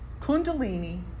kundalini